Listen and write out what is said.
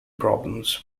problems